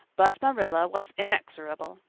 but marilla was inexorable.